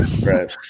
Right